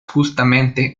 justamente